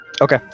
Okay